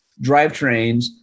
drivetrains